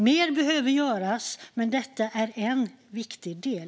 Mer behöver göras, men detta är en viktig del.